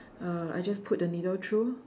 uh I just put the needle through